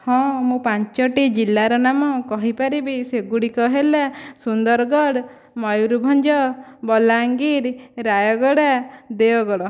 ହଁ ମୁଁ ପାଞ୍ଚୋଟି ଜିଲ୍ଲାର ନାମ କହିପାରିବି ସେଗୁଡ଼ିକ ହେଲା ସୁନ୍ଦରଗଡ଼ ମୟୂରଭଞ୍ଜ ବଲାଙ୍ଗୀର ରାୟଗଡ଼ା ଦେଓଗଡ଼